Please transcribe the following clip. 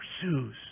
pursues